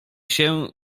się